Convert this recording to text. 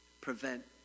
Prevent